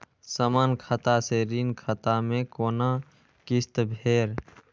समान खाता से ऋण खाता मैं कोना किस्त भैर?